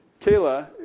Kayla